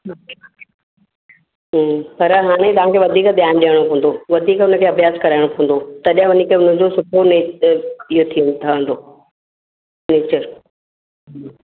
पर हाणे तव्हांखे वधीक ध्यानु ॾियणो पवंदो वधीक हुन खे अभ्यासु कराइणो पवंदो तॾहिं वञी करे हुनजो सुठो में इहो ठहंदो नेचर